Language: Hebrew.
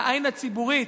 לעין הציבורית,